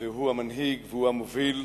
והוא המנהיג והוא המוביל,